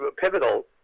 pivotal